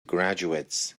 graduates